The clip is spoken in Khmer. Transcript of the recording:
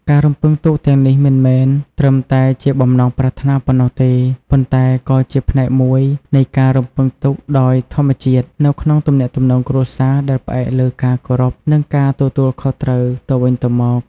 ការរំពឹងទុកទាំងនេះមិនមែនត្រឹមតែជាបំណងប្រាថ្នាប៉ុណ្ណោះទេ ប៉ុន្តែក៏ជាផ្នែកមួយនៃការរំពឹងទុកដោយធម្មជាតិនៅក្នុងទំនាក់ទំនងគ្រួសារដែលផ្អែកលើការគោរព និងការទទួលខុសត្រូវទៅវិញទៅមក។